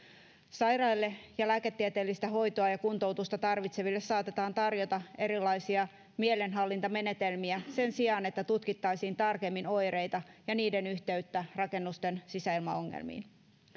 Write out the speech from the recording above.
sairaille ja lääketieteellistä hoitoa ja kuntoutusta tarvitseville saatetaan tarjota erilaisia mielenhallintamenetelmiä sen sijaan että tutkittaisiin tarkemmin oireita ja niiden yhteyttä rakennusten sisäilmaongelmiin